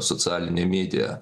socialinę mediją